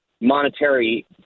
monetary